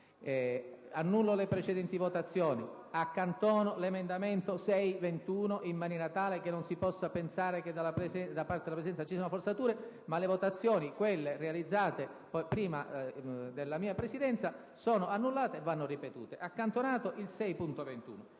annullo le precedenti votazioni ed accantono l'emendamento 6.21, in maniera tale che non si possa pensare che da parte della Presidenza ci siano forzature. Le votazioni realizzate prima della mia Presidenza sono annullate e vanno ripetute. Possiamo però